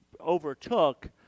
overtook